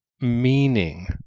meaning